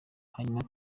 hanyuma